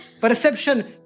perception